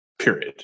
Period